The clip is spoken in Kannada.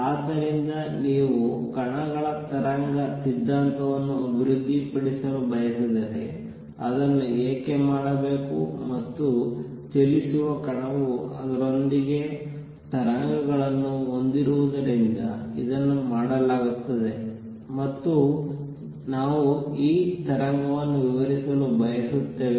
ಆದ್ದರಿಂದ ನೀವು ಕಣಗಳ ತರಂಗ ಸಿದ್ಧಾಂತವನ್ನು ಅಭಿವೃದ್ಧಿಪಡಿಸಲು ಬಯಸಿದರೆ ಅದನ್ನು ಏಕೆ ಮಾಡಬೇಕು ಮತ್ತು ಚಲಿಸುವ ಕಣವು ಅದರೊಂದಿಗೆ ತರಂಗಗಳನ್ನು ಹೊಂದಿರುವುದರಿಂದ ಇದನ್ನು ಮಾಡಲಾಗುತ್ತದೆ ಮತ್ತು ನಾವು ಈ ತರಂಗವನ್ನು ವಿವರಿಸಲು ಬಯಸುತ್ತೇವೆ